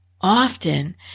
often